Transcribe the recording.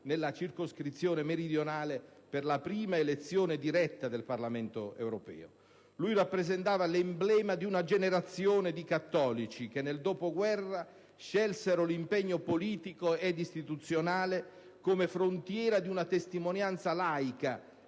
nella circoscrizione meridionale per la prima elezione diretta del Parlamento europeo. Egli rappresentava l'emblema di una generazione di cattolici che, nel dopoguerra, scelsero l'impegno politico ed istituzionale come frontiera di una testimonianza laica